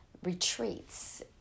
Retreats